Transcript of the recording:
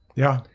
yeah.